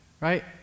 right